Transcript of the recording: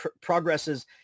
progresses